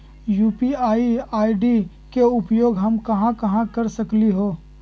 UPI ID के उपयोग हम कहां कहां कर सकली ह?